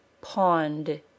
Pond